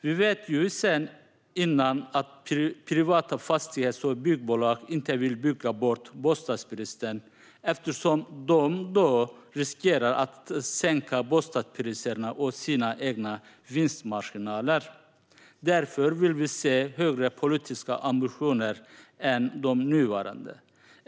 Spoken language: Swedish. Vi vet ju sedan innan att privata fastighets och byggbolag inte vill bygga bort bostadsbristen eftersom de då riskerar att sänka bostadspriserna och sina egna vinstmarginaler. Därför vill vi se högre politiska ambitioner än de nuvarande.